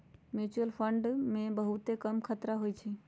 mutual fund मे बहुते कम खतरा होइ छइ